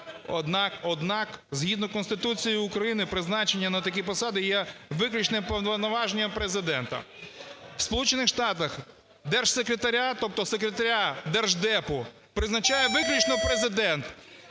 справ. Однак, згідно Конституції України призначення на такі посади є виключне повноваження Президента. У Сполучених Штатах держсекретаріат, тобто секретаря держдепу призначає виключно Президент.